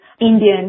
Indian